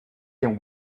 him